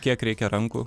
kiek reikia rankų